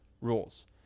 rules